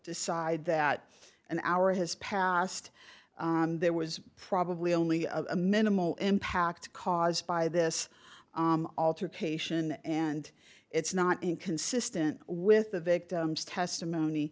decide that an hour has passed and there was probably only a minimal impact caused by this altercation and it's not inconsistent with the victim's testimony